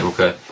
Okay